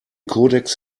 kodex